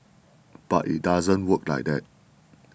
but it doesn't work like that